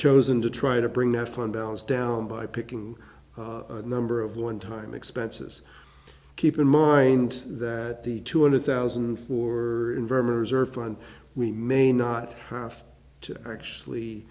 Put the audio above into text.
chosen to try to bring that fund balance down by picking a number of one time expenses keep in mind that the two hundred thousand for fun we may not have to actually